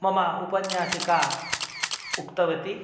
मम उपन्यासिका उक्तवती